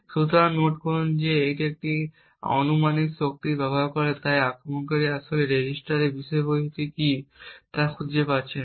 সুতরাং নোট করুন যে এটি একটি অনুমানিক শক্তি ব্যবহার করে তাই আক্রমণকারী আসলে রেজিস্টারের বিষয়বস্তু কী তা খুঁজে পাচ্ছে না